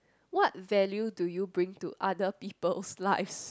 what value do you bring to other peoples lives